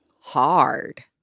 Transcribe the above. hard